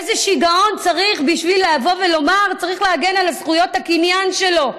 איזה שגעון צריך בשביל לבוא ולומר: צריך להגן על זכויות הקניין שלו.